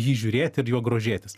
jį žiūrėti ir juo grožėtis